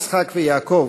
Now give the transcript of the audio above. יצחק ויעקב,